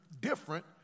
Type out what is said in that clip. different